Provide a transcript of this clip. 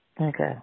Okay